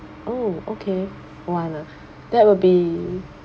oh okay one ah that will be